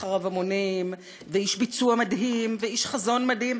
אחריו המונים ואיש ביצוע מדהים ואיש חזון מדהים,